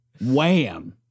wham